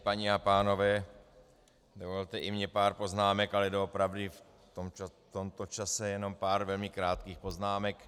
Paní a pánové, dovolte i mně pár poznámek, ale doopravdy v tomto čase jenom pár velmi krátkých poznámek.